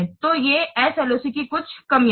तो ये SLOC की कुछ कमियाँ हैं